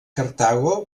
cartago